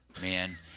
man